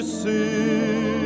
see